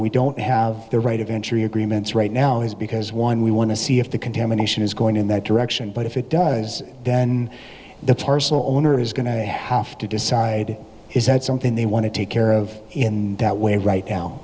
we don't have the right of entry agreements right now is because one we want to see if contamination is going in that direction but if it does then the owner is going to have to decide is that something they want to take care of in that way right now